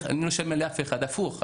הפוך,